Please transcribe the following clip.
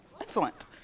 excellent